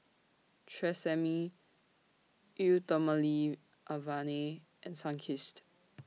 Tresemme Eau Thermale Avene and Sunkist